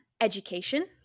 Education